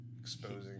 Exposing